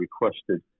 requested